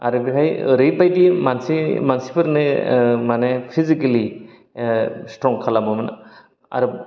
आरो बेहाय ओरैबायदि मानसि मानसिफोरनि ओ माने फिसिकेलि ओ स्थ्रं खालामोमोन आरो